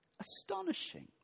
Astonishing